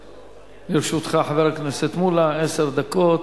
לרשותך, חבר הכנסת מולה, עשר דקות.